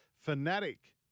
Fanatic